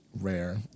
Rare